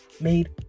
made